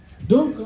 Donc